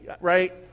right